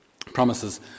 Promises